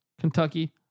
Kentucky